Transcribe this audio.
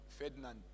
Ferdinand